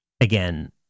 again